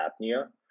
apnea